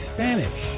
Spanish